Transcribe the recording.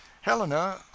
Helena